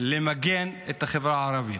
למגן את החברה הערבית.